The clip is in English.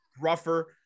rougher